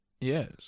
Yes